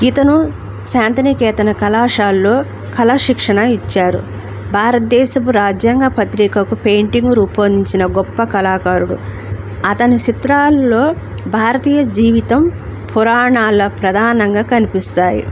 ఇతను శాంతనికేతన కళాశాలలో కళాశిక్షణ ఇచ్చారు భారతదేశపు రాజ్యాంగ పత్రికకు పెయింటింగ్ రూపొందించిన గొప్ప కళాకారుడు అతని చిత్రాలల్లో భారతీయ జీవితం పురాణాల ప్రధానంగా కనిపిస్తాయి